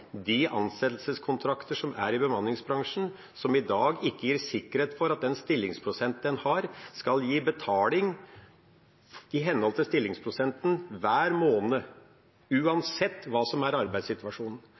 i bemanningsbransjen som i dag ikke gir sikkerhet for at den stillingsprosenten en har, skal gi betaling i henhold til stillingsprosenten hver måned,